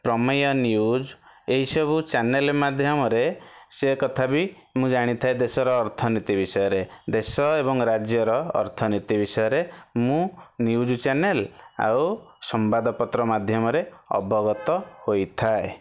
ପ୍ରମେୟ news ଏହିସବୁ channel ମାଧ୍ୟମରେ ସେ କଥା ବି ମୁଁ ଜାଣିଥାଏ ଦେଶର ଅର୍ଥନୀତି ବିଷୟରେ ଦେଶ ଏବଂ ରାଜ୍ୟର ଅର୍ଥନୀତି ବିଷୟରେ ମୁଁ ନ୍ୟୁଜ୍ ଚ୍ୟାନେଲ ଆଉ ସମ୍ବାଦପତ୍ର ମାଧ୍ୟମରେ ଅବଗତ ହୋଇଥାଏ